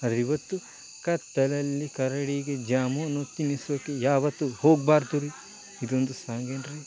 ಆದ್ರೆ ಇವತ್ತು ಕತ್ತಲಲ್ಲಿ ಕರಡಿಗೆ ಜಾಮೂನು ತಿನ್ನಿಸೋಕೆ ಯಾವತ್ತು ಹೋಗಬಾರ್ದು ರೀ ಇದೊಂದು ಸಾಂಗ್ ಏನು ರೀ